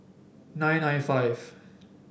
nine nine five